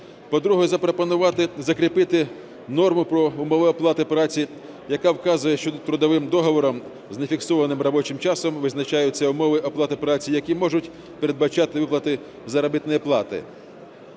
По-друге, запропонувати, закріпити норми про умови оплати праці, яка вказує, що трудовим договором з нефіксованим робочим часом визначаються умови оплати праці, які можуть передбачати виплати заробітної плати.